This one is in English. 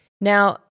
Now